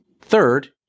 Third